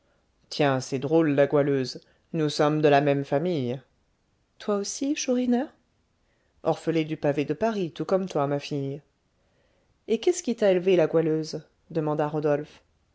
tiens c'est drôle la goualeuse nous sommes de la même famille toi aussi chourineur orphelin du pavé de paris tout comme toi ma fille et qu'est-ce qui t'a élevée la goualeuse demanda rodolphe